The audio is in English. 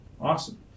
Awesome